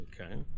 Okay